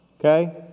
Okay